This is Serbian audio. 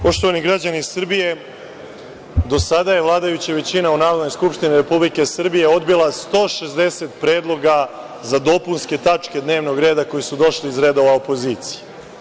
Poštovani građani Srbije, do sada je vladajuća većina u Narodnoj skupštini Republike Srbije odbila 160 predloga za dopunske tačke dnevnog reda koji su došli iz redova opozicije.